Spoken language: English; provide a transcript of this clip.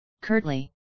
curtly